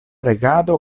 regado